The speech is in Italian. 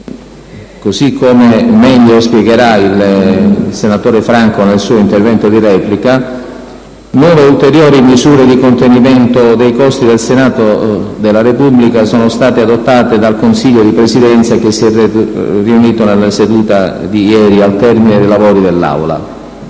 così come meglio spiegherà il senatore Questore Franco Paolo nel suo intervento di replica - nuove ed ulteriori misure di contenimento dei costi del Senato della Repubblica sono state adottate dal Consiglio di Presidenza che si è riunito nella seduta di ieri, al termine dei lavori dell'Aula.